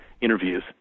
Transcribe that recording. interviews